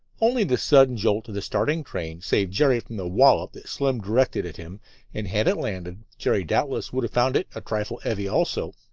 only the sudden jolt of the starting train saved jerry from the wallop that slim directed at him and had it landed, jerry doubtless would have found it a trifle eavy, also.